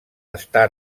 està